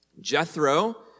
Jethro